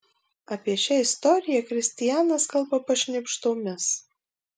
apie šią istoriją kristianas kalba pašnibždomis